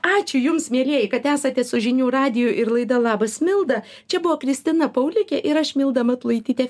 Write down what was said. ačiū jums mielieji kad esate su žinių radiju ir laida labas milda čia buvo kristina paulikė ir aš milda matulaitytė